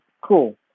cool